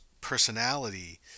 personality